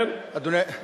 תרתי משמע.